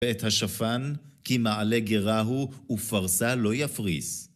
ואת השפן, כי מעלה גרה הוא, ופרסה לא יפריס.